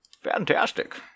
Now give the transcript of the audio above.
Fantastic